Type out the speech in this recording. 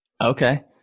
Okay